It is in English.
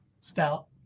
stout